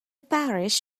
parish